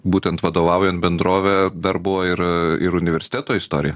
būtent vadovaujant bendrovė dar buvo ir ir universiteto istorija